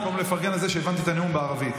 במקום לפרגן על זה שהבנתי את הנאום בערבית,